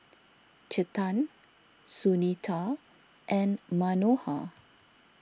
Chetan Sunita and Manohar